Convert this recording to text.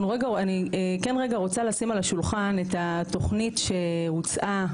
אני כן רגע רוצה לשים על השולחן את התוכנית שהוצעה